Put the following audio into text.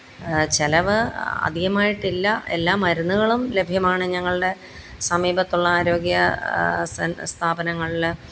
ചിലവ് അധികമായിട്ടില്ല എല്ലാ മരുന്നുകളും ലഭ്യമാണ് ഞങ്ങളുടെ സമീപത്തുള്ള ആരോഗ്യ സ്ഥാപനങ്ങളിൽ